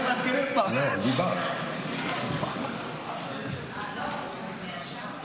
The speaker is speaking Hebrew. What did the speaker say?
הם טענו כי חוק חשוב שמקודם על ידי חברי כנסת שונים,